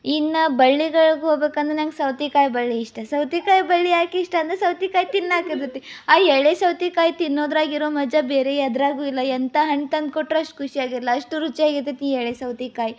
ಇನ್ನು ಬಳ್ಳಿಗಳ್ಗೆ ಹೋಗ್ಬೇಕಂದ್ರೆ ನನಗ್ ಸೌತೆಕಾಯಿ ಬಳ್ಳಿ ಇಷ್ಟ ಸೌತೆಕಾಯಿ ಬಳ್ಳಿ ಯಾಕೆ ಇಷ್ಟ ಅಂದರೆ ಸೌತೆಕಾಯಿ ತಿನ್ನೋಕಾಗೈತೆ ಆ ಎಳೆ ಸೌತೆಕಾಯಿ ತಿನ್ನೋದ್ರಾಗೆ ಇರೋ ಮಜ ಬೇರೆ ಯಾದ್ರಾಗು ಇಲ್ಲ ಎಂಥ ಹಣ್ಣು ತಂದು ಕೊಟ್ಟರು ಅಷ್ಟು ಖುಷಿ ಆಗಲ್ಲ ಅಷ್ಟು ರುಚಿಯಾಗಿ ಇರ್ತೈತೆ ಎಳೆ ಸೌತೆಕಾಯಿ